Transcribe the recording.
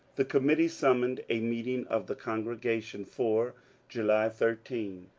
the committee summoned a meeting of the c ngregation for july thirteen,